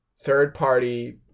third-party